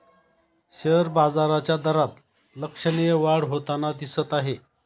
share बाजाराच्या दरात लक्षणीय वाढ होताना दिसत आहे